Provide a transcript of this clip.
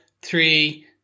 three